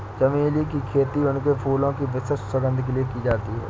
चमेली की खेती उनके फूलों की विशिष्ट सुगंध के लिए की जाती है